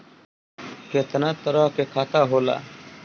केतना तरह के खाता होला?